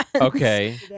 okay